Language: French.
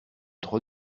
trop